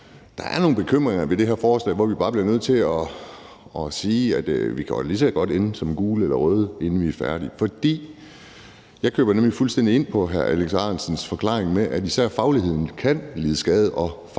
bekymringer i forbindelse med det her forslag, hvor vi bare bliver nødt til at sige, at vi lige så godt kan ende med at stemme gult eller rødt, inden vi er færdige. Jeg køber nemlig fuldstændig ind på hr. Alex Ahrendtsens forklaring med, at især fagligheden kan lide skade og